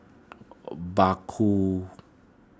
Obaku